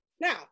Now